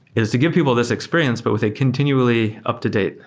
is to give people this experience, but with a continually up-to-date,